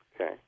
Okay